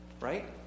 right